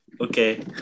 okay